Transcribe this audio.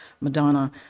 Madonna